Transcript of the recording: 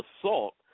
assault